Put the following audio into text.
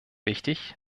wichtig